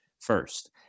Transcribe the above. first